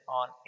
on